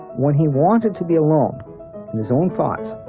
when he wanted to be alone in his own thoughts,